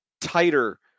tighter